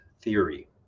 theory